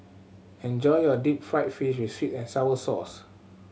enjoy your deep fried fish with sweet and sour sauce